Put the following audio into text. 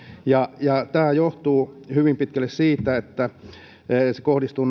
ja ja tämä johtuu hyvin pitkälle siitä että se kohdistuu